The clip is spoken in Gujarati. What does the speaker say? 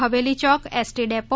હવેલી ચોક એસટી ડેપો